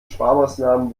sparmaßnahmen